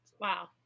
Wow